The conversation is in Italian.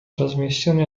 trasmissione